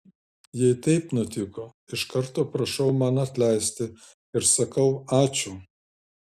jei taip nutiko iš karto prašau man atleisti ir sakau ačiū